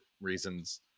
reasons